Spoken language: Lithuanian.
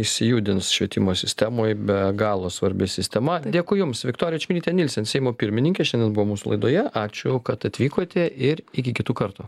išsijudins švietimo sistemoj be galo svarbi sistema dėkui jums viktorija čmilytė nilsen seimo pirmininkė šiandien buvo mūsų laidoje ačiū kad atvykote ir iki kitų kartų